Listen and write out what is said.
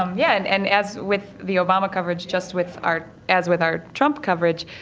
yeah. and and as with the obama coverage, just with our as with our trump coverage,